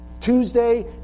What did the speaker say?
Tuesday